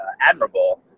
admirable